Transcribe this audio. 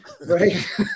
Right